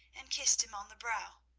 and kissed him on the brow.